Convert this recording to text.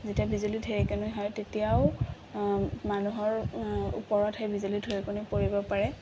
যেতিয়া বিজুলী ঢেৰেকনি হয় তেতিয়াও মানুহৰ ওপৰত সেই বিজুলী ঢেৰেকনি পৰিব পাৰে